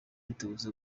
itubuza